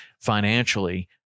financially